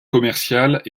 commerciales